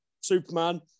Superman